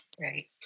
right